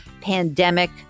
pandemic